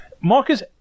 Marcus